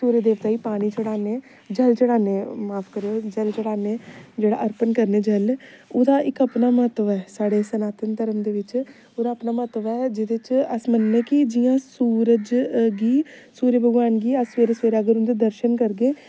सूर्य देवता गी पानी चढ़ान्ने जल चढ़ान्ने माफ करेओ जल चढ़ान्ने जेहडा अर्पन करने जल ओह्दा इक अपना म्हत्तब ऐ साढ़े सनातन धर्म दे बिच्च ओहदा अपना म्हत्तब ऐ जेहदे च अस मन्नने कि जियां सूरज गी सूर्य भगवान गी अस सवेरे सवेरे अगर उंदे दर्शन करगे